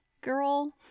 girl